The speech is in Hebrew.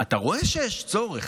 אתה רואה שיש צורך.